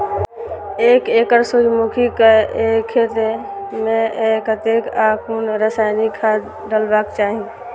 एक एकड़ सूर्यमुखी केय खेत मेय कतेक आ कुन रासायनिक खाद डलबाक चाहि?